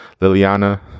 Liliana